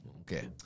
Okay